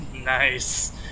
nice